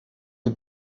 est